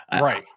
Right